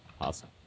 awesome